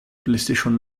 playstation